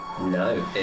No